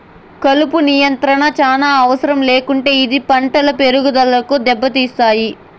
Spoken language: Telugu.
కలుపు నియంత్రణ చానా అవసరం లేకుంటే ఇది పంటల పెరుగుదనను దెబ్బతీస్తాయి